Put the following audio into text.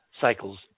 cycles